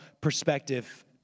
perspective